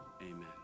amen